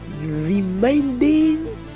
reminding